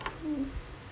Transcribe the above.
mm